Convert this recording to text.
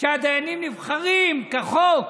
שהדיינים נבחרים כחוק,